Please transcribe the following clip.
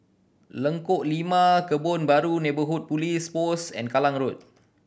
Lengkok Lima Kebun Baru Neighbourhood Police Post and Kallang Road